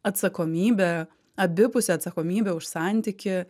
atsakomybė abipusė atsakomybė už santykį